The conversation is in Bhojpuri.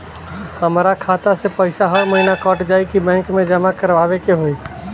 हमार खाता से पैसा हर महीना कट जायी की बैंक मे जमा करवाए के होई?